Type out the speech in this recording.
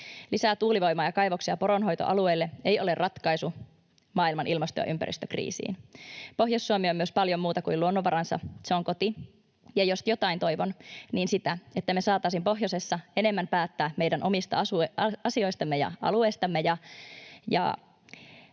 Lisää tuulivoimaa ja kaivoksia poronhoitoalueelle ei ole ratkaisu maailman ilmasto- ja ympäristökriisiin. Pohjois-Suomi on myös paljon muuta kuin luonnonvaransa, se on koti. Ja jos jotain toivon, niin sitä, että me saataisiin pohjoisessa enemmän päättää meidän omista asioistamme ja alueistamme.